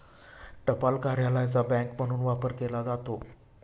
टपाल कार्यालयाचा बँक म्हणून वापर केला जातो